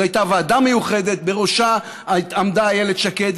זו הייתה ועדה מיוחדת ובראשה עמדה איילת שקד.